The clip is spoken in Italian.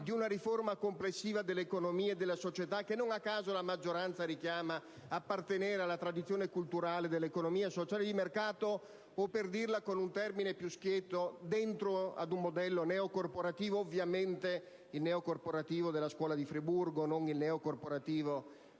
di una riforma complessiva dell'economia e della società, che non a caso la maggioranza sottolinea appartenere alla tradizione culturale dell'economia sociale di mercato o, per dirla con un termine più schietto, ad un modello neocorporativo: ovviamente, il modello neocorporativo della scuola di Friburgo, non quello di